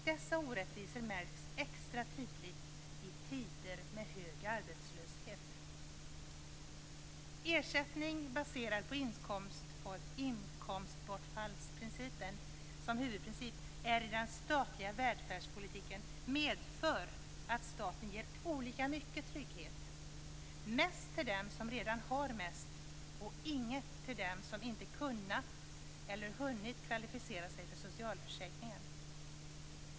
Dessa orättvisor märks extra tydligt i tider med hög arbetslöshet. En ersättning baserad på inkomstbortfallsprincipen som huvudprincip i den statliga välfärdspolitiken medför att staten ger olika mycket trygghet. Man ger mest till den som redan har mest och inget till den som inte kunnat eller hunnit kvalificera sig för socialförsäkringen.